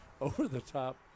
over-the-top